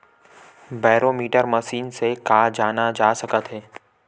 Barometer machine से का जाना जा सकत हे?